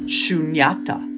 shunyata